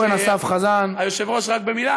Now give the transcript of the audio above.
שיעשה עבודתו נאמנה,